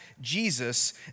Jesus